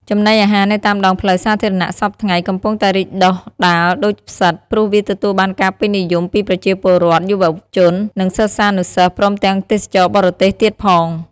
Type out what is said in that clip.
ចំណីអាហារនៅតាមដងផ្លូវសាធារណៈសព្វថ្ងៃ កំពុងតែរីកដុះដាលដូចផ្សិត ព្រោះវាទទួលបានការពេញនិយមពីប្រជាពលរដ្ឋ យុវជន និងសិស្សានុសិស្ស ព្រមទាំងទេសចរបរទេសទៀតផង។